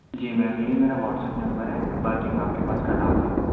جی ma'am یہی میرا WhatsApp number ہے باقی میں آپ کے پاس کل آتا ہوں